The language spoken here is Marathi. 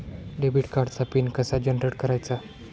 डेबिट कार्डचा पिन कसा जनरेट करायचा?